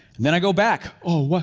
and then i go back. oh,